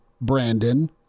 Brandon